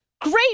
Great